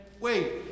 wait